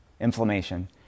inflammation